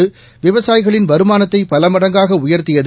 வேளாண் விவசாயிகளின் வருமானத்தைபலமடங்காகஉயர்த்தியது